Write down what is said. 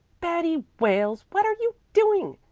betty wales, what are you doing?